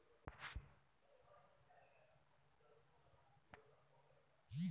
छोट्या धंद्यासाठी मले कितीक रुपयानं कर्ज भेटन?